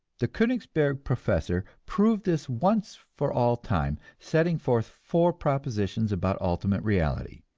the koenigsberg professor proved this once for all time, setting forth four propositions about ultimate reality,